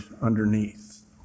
underneath